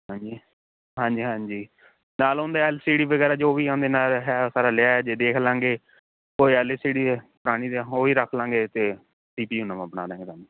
ਹਾਂਜੀ ਹਾਂਜੀ ਹਾਂਜੀ ਨਾਲ ਉਹਦੇ ਐੱਲਸੀਡੀ ਵਗੈਰਾ ਜੋ ਵੀ ਉਹਦੇ ਨਾਲ ਹੈ ਸਾਰਾ ਲੈ ਆਇਆ ਜੇ ਦੇਖ ਲਾਂਗੇ ਕੋਈ ਐੱਲਸੀਡੀ ਹੈ ਪੁਰਾਣੀ ਉਹ ਵੀ ਰੱਖ ਲਵਾਂਗੇ ਅਤੇ ਸੀਪੀਯੂ ਨਵਾਂ ਬਣਾ ਦਵਾਂਗੇ ਤੁਹਾਨੂੰ